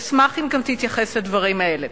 אשמח אם גם תתייחס לדברים האלה.